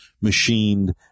machined